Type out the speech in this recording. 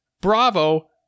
Bravo